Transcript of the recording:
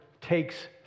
takes